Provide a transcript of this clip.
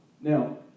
Now